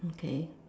okay